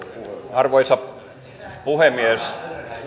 arvoisa puhemies